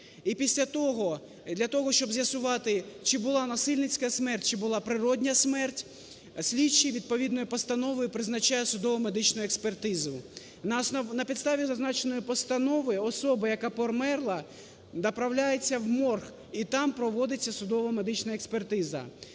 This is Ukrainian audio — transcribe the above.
для того, щоб з'ясувати чи була насильницька смерть, чи була природня смерть, слідчий відповідною постановою призначає судово-медичну експертизу. На підставі зазначеної постанови, особа, яка померла, направляється в морг і там проводиться судово-медична експертиза.